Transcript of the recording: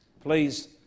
please